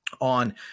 on